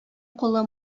кулы